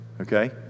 okay